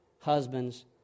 Husbands